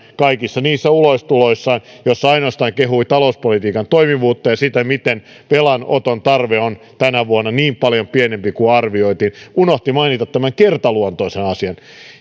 kaikissa niissä ulostuloissaan joissa hän ainoastaan kehui talouspolitiikan toimivuutta ja sitä miten velanoton tarve on tänä vuonna niin paljon pienempi kuin arvioitiin hän unohti mainita tämän kertaluontoisen asian